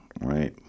right